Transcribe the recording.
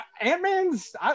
ant-man's